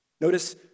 Notice